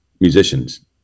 musicians